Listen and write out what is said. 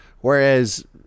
Whereas